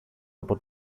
από